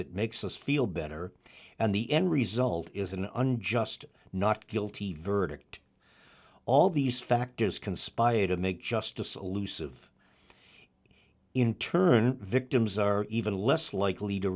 it makes us feel better and the end result is an unjust not guilty verdict all these factors conspire to make justice allusive in turn victims are even less likely to